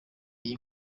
iyi